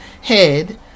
head